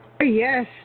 Yes